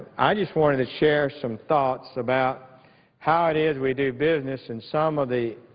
i just wanted to share some thoughts about how it is we do business and some of the